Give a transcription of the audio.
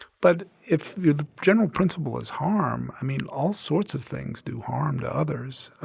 but if the general principle is harm i mean all sorts of things do harm to others,